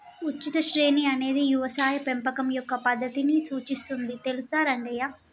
ఉచిత శ్రేణి అనేది యవసాయ పెంపకం యొక్క పద్దతిని సూచిస్తుంది తెలుసా రంగయ్య